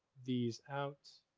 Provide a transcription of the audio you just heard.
these out,